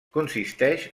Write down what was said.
consisteix